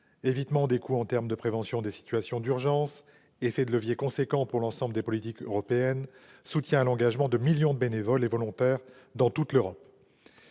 évitement des coûts en termes de prévention des situations d'urgence ; fort effet de levier pour l'ensemble des politiques publiques européennes ; soutien à l'engagement de millions de bénévoles et de volontaires dans toute l'Europe.